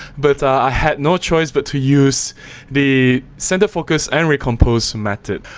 but i had no choice but to use the center focus and recompose method.